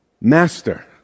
Master